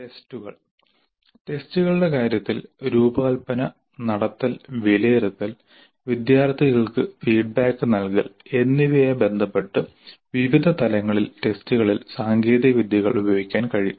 ടെസ്റ്റുകൾ ടെസ്റ്റുകളുടെ കാര്യത്തിൽ രൂപകൽപ്പന നടത്തൽ വിലയിരുത്തൽ വിദ്യാർത്ഥികൾക്ക് ഫീഡ്ബാക്ക് നൽകൽ എന്നിവയുമായി ബന്ധപ്പെട്ട് വിവിധ തലങ്ങളിൽ ടെസ്റ്റുകളിൽ സാങ്കേതികവിദ്യകൾ ഉപയോഗിക്കാൻ കഴിയും